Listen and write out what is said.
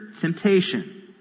temptation